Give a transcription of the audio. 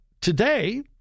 today